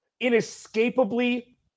inescapably –